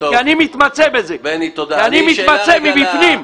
אני מתמצא בזה, אני מתמצא מבפנים.